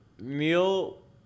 Neil